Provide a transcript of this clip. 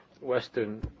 western